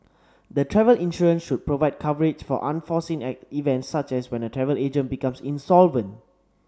the travel insurance should provide coverage for unforeseen at event such as when a travel agent becomes insolvent